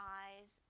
eyes